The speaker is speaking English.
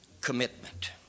commitment